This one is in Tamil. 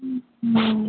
ம் ம்